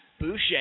Boucher